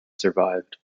survived